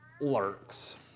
lurks